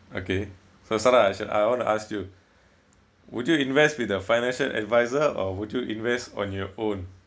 okay so sala I should I want to ask you would you invest with a financial advisor or would you invest on your own